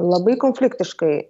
labai konfliktiškai